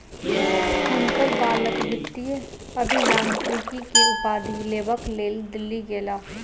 हुनकर बालक वित्तीय अभियांत्रिकी के उपाधि लेबक लेल दिल्ली गेला